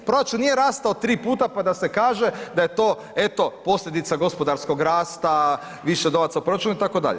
Proračun nije rastao 3 puta, pa da se kaže da je to eto posljedica gospodarskog rasta, više novaca u proračunu itd.